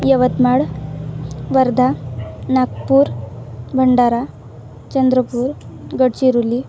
Yavatmal Wardha Nagpur Bhandara Chandrapur Gadchiroli